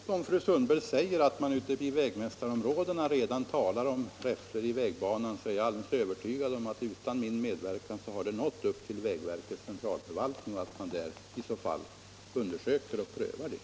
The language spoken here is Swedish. Herr talman! Om det är som fru Sundberg säger att man ute i vägmästarområdena redan talar om räfflor i vägbanan, så är jag alldeles övertygad om att det utan min medverkan nått till vägverkets centralförvaltning och att man där i så fall undersöker och prövar frågan.